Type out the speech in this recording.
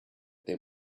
there